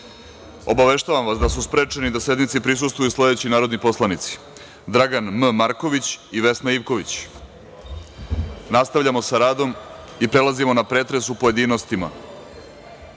radom. Obaveštavam vas da su sprečeni da sednici prisustvuju sledeći narodni poslanici: Dragan M. Marković i Vesna Ivković. Nastavljamo sa radom i prelazimo na pretres u pojedinostima